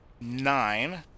nine